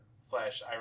slash